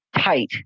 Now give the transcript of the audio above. tight